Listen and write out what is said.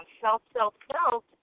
self-self-self